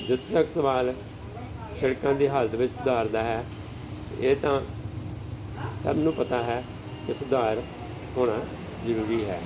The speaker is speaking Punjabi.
ਜਿੱਥੋਂ ਤੱਕ ਸਵਾਲ ਸੜਕਾਂ ਦੀ ਹਾਲਤ ਵਿੱਚ ਸੁਧਾਰ ਦਾ ਹੈ ਇਹ ਤਾਂ ਸਭ ਨੂੰ ਪਤਾ ਹੈ ਕਿ ਸੁਧਾਰ ਹੋਣਾ ਜ਼ਰੂਰੀ ਹੈ